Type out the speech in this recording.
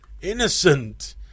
Innocent